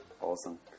Awesome